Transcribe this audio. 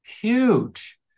huge